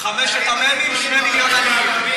חמשת המ"מים, 2 מיליון עניים.